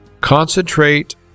concentrate